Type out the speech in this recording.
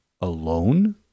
alone